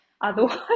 Otherwise